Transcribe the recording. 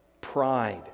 pride